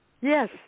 yes